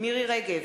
מירי רגב,